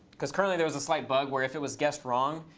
because currently there was a slight bug where if it was guessed wrong,